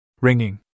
Ringing